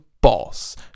boss